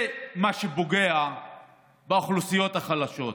זה מה שפוגע באוכלוסיות החלשות,